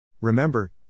Remember